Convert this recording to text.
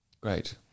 Great